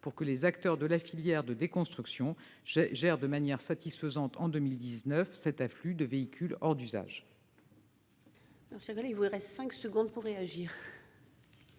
pour que les acteurs de la filière de déconstruction gèrent de manière satisfaisante, en 2019, cet afflux de véhicules hors d'usage.